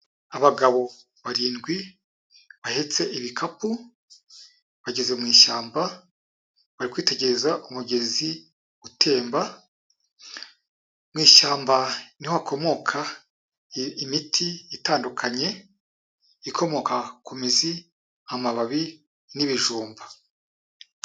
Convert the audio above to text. Abagabo barindwi bahetse ibikapu ,bageze mu ishyamba bari kwitegereza umugezi utemba, mu ishyamba ni ho hakomoka imiti itandukanye ikomoka ku mizi, amababi n'ibijumba.